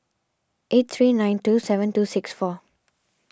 eight three nine two seven two six four